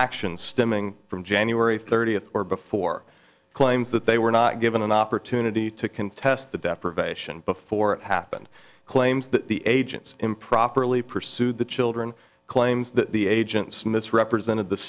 action stemming from january thirtieth or before claims that they were not given an opportunity to contest the deprivation before it happened claims that the agents improperly pursued the children claims that the agents misrepresented the